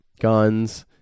guns